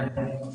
כן,